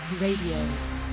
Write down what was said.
Radio